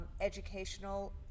educational